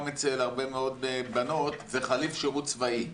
אצל הרבה מאוד בנות זה חליף שירות צבאי.